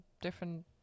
different